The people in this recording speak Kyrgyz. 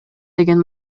деген